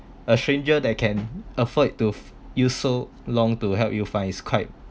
a stranger that can afford to use so long to help you find it's quite